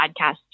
podcast